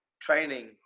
training